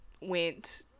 went